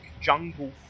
jungle